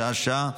שעה-שעה,